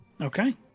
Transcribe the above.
okay